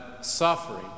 suffering